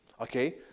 okay